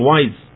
Wise